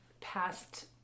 past